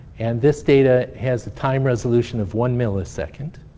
and this data has a time resolution of one millisecond.